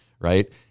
right